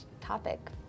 topic